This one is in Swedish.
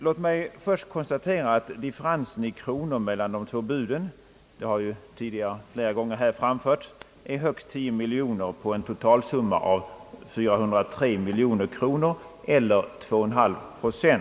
Låt mig först konstatera att differensen i kronor mellan de två buden — det har flera gånger tidgare här framhållits — är högst tio miljoner, på en totalsumma av 403 miljoner kronor, eller 2 1/2 procent.